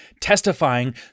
testifying